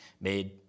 made